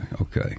Okay